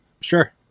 sure